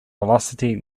velocity